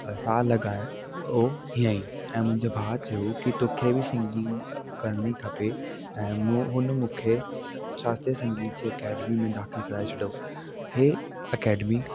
असां लॻाए पोइ हीअं ई ऐं मुंहिंजे भाउ चयो कि तोखे बि सिंगिंग करिणी खपे ऐं हो उन मूंखे शास्त्रीअ संगीत जी अकेडमी में दाख़िल कराए छॾो इहे अकेडमी